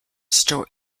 store